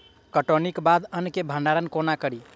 कटौनीक बाद अन्न केँ भंडारण कोना करी?